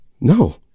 No